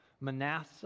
Manasseh